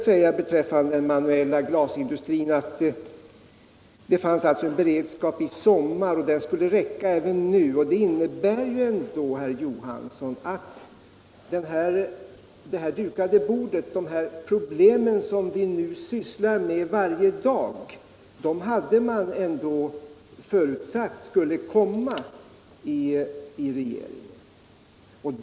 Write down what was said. Vad beträffar den manuella glasindustrin upprättades i somras en beredskap, som skulle vara tillräcklig även nu. Det innebär, herr Johansson, att regeringen ändå hade förutsatt att de problem som vi nu sysslar med varje dag — det dukade bordet till trots — skulle uppkomma.